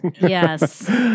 Yes